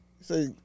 Say